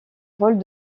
rôles